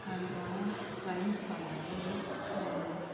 काणकोणांत कांय थळावे म्हणल्यार